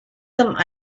some